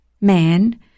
man